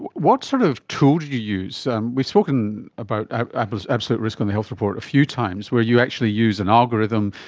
what sort of tool did you use um we've spoken about absolute absolute risk on the health report a few times, where you actually use an algorithm,